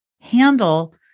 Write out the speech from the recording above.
handle